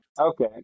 Okay